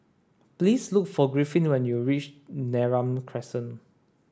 please look for Griffin when you reach Neram Crescent